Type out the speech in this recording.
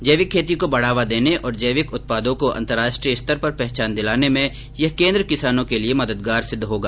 जैविक खेती को बढ़ावा देने और जैविक उत्पादों को अंतरराष्ट्रीय स्तर पर पहचान दिलाने में यह केंद्र किसानों के लिए मददगार सिद्ध होगा